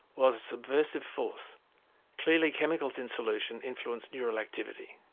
was a subversive force clearly chemicals in solution influence neural activity.